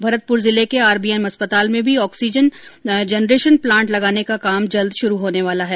भरतपुर जिले के आरबीएम अस्पताल में भी ऑक्सीजन जनरेशन प्लांट लगाने का काम जल्द शुरू होने वाला है